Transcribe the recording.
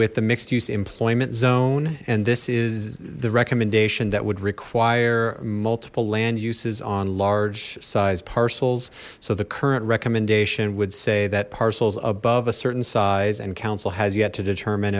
with the mixed use employment zone and this is the recommendation that would require multiple land uses on large sized parcels so the current recommendation would say that parcels above a certain size and council has yet to determine